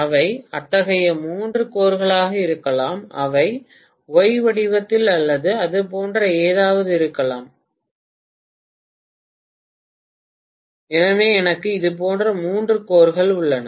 அவை அத்தகைய மூன்று கோர்களாக இருக்கலாம் அவை ஒய் வடிவத்தில் அல்லது அது போன்ற ஏதாவது இருக்கலாம் எனவே எனக்கு இதுபோன்ற மூன்று கோர்கள் உள்ளன